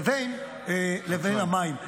לבין המים.